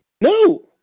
No